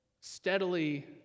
steadily